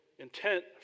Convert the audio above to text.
Intent